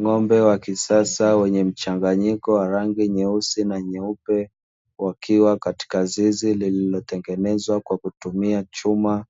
Ng’ombe wa kisasa wenye mchanganyiko wa rangi nyeusi na nyeupe, wakiwa katika zizi lililotengenezwa kwa kutumia chuma.